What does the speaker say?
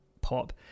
pop